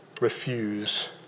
refuse